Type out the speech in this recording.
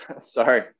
Sorry